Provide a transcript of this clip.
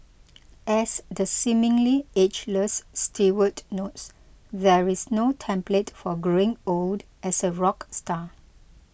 as the seemingly ageless Stewart notes there is no template for growing old as a rock star